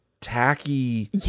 tacky